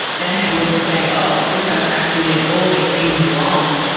then they would say, oh, this person actually did all these things wrong.